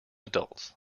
adults